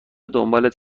دنبالت